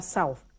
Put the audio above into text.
South